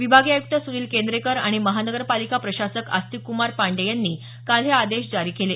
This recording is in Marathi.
विभागीय आयुक्त सुनिल केंद्रेकर आणि महानगरपालिका प्रशासक आस्तिककुमार पांडेय यांनी काल हे आदेश जारी केले